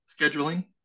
scheduling